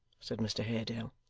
said mr haredale,